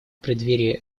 преддверии